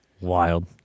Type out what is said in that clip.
Wild